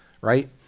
right